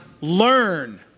learn